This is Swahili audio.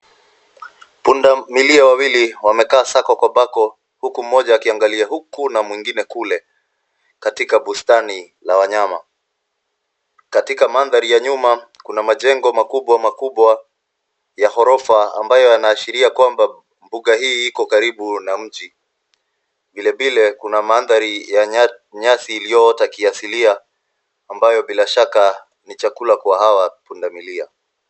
Punda milia wawili wamekaa sako kwa bako huku mmoja akiangalia huku na mwingine kule katika bustani la wanyama. Katika mandhari ya nyuma kuna majengo makubwa makubwa ya ghorofa ambayo yanaashiria kwamba mbuga hii iko karibu na mji. Vile vile kuna maandhari ya nyasi iliyoota kiasilia ambayo bila shaka ni chakula kwa hawa pundamilia.